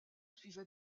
suivaient